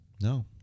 No